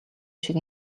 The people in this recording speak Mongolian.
шиг